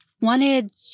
wanted